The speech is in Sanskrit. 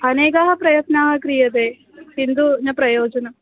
अनेकाः प्रयत्नाः क्रियन्ते किन्तु न प्रयोजनम्